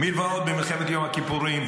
מלוות במלחמת יום הכיפורים,